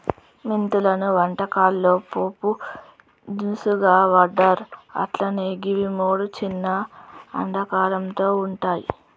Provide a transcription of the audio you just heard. మెంతులను వంటకాల్లో పోపు దినుసుగా వాడ్తర్ అట్లనే గివి మూడు చిన్న అండాకారంలో వుంటయి